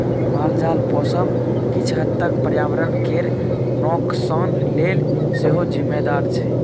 मालजाल पोसब किछ हद तक पर्यावरण केर नोकसान लेल सेहो जिम्मेदार छै